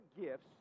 gifts